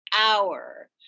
hour